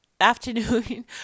afternoon